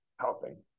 helping